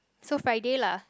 so Friday lah